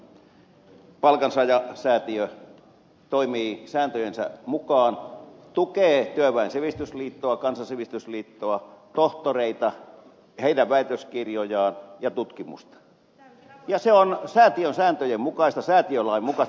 palkansaajasäätiö toimii sääntöjensä mukaan tukee työväen sivistysliittoa kansan sivistysliittoa tohtoreita heidän väitöskirjojaan ja tutkimusta ja se on säätiön sääntöjen mukaista säätiölain mukaista